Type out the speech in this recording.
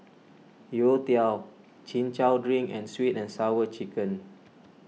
Youtiao Chin Chow Drink and Sweet and Sour Chicken